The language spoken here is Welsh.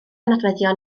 nodweddion